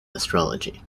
astrology